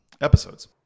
episodes